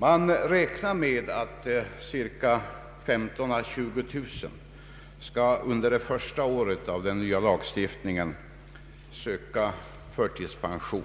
Man räknar med att 15 000 å 20 000 personer under det första året av den nya lagstiftningen skall söka förtidspension